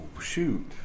shoot